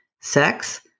Sex